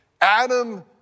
adam